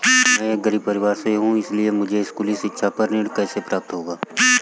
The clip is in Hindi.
मैं एक गरीब परिवार से हूं इसलिए मुझे स्कूली शिक्षा पर ऋण कैसे प्राप्त होगा?